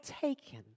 taken